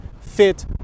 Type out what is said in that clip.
fit